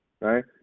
right